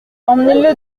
emmenez